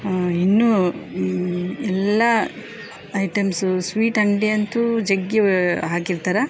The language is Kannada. ಇನ್ನೂ ಎಲ್ಲ ಐಟಮ್ಸು ಸ್ವೀಟ್ ಅಂಗಡಿ ಅಂತೂ ಜಗ್ಗಿ ಹಾಕಿರ್ತಾರೆ